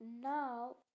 now